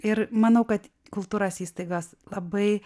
ir manau kad kultūros įstaigos labai